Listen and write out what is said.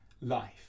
life